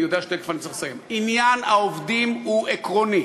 אני יודע שתכף אני צריך לסיים עניין העובדים הוא עקרוני.